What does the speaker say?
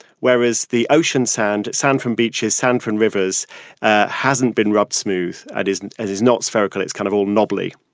whereas the ocean, sand, sand from beaches, sand from rivers ah hasn't been rubbed smooth. ah it isn't as is not spherical. it's kind of all knobbly.